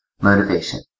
Motivation